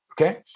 okay